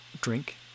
drink